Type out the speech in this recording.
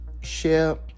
share